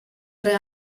tre